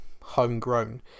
homegrown